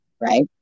Right